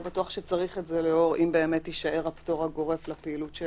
לא בטוח שצריך את זה אם באמת יישאר הפטור הגורף לפעילות של